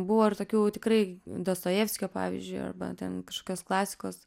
buvo ir tokių tikrai dostojevskio pavyzdžiui arba ten kažkokios klasikos